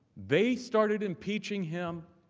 they started impeaching him,